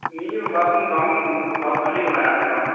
निं हून बस कम्म बस खाल्ली हून लाया असें कम्म